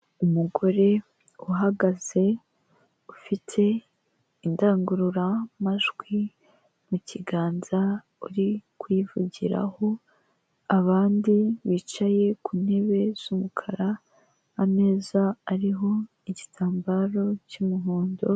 Umugore uhagaze ufite indangururamajwi mu kiganza, uri kuyivugiraho, abandi bicaye ku ntebe z'umukara, ameza ariho igitambaro cy'umuhondo.